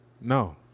No